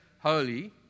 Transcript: holy